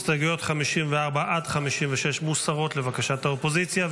הסתייגויות 54 56 מוסרות, לבקשת האופוזיציה.